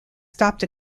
stopped